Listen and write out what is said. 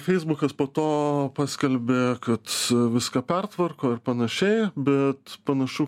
feisbukas po to paskelbė kad viską pertvarko ir panašiai bet panašu